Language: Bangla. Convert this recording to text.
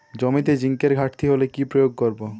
জমিতে জিঙ্কের ঘাটতি হলে কি প্রয়োগ করব?